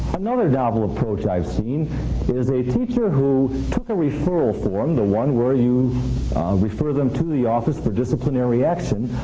another novel approach i've seen is a teacher who took a referral form, the one where you refer them to the office for disciplinary action,